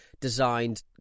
designed